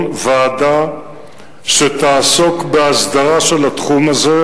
ועדה שתעסוק בהסדרה של התחום הזה.